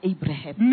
Abraham